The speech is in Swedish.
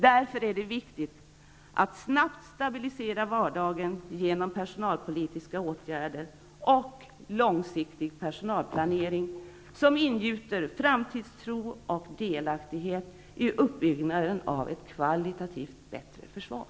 Därför är det viktigt att snabbt stabilisera vardagen genom personalpolitiska åtgärder och långsiktig personalplanering, som ingjuter framtidstro och delaktighet i uppbyggnaden av ett kvalitativt bättre försvar.